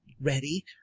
ready